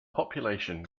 population